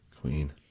Queen